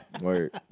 Word